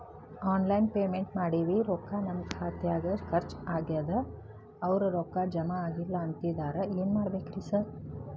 Online payment ಮಾಡೇವಿ ರೊಕ್ಕಾ ನಮ್ ಖಾತ್ಯಾಗ ಖರ್ಚ್ ಆಗ್ಯಾದ ಅವ್ರ್ ರೊಕ್ಕ ಜಮಾ ಆಗಿಲ್ಲ ಅಂತಿದ್ದಾರ ಏನ್ ಮಾಡ್ಬೇಕ್ರಿ ಸರ್?